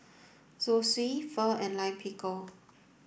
Zosui Pho and Lime Pickle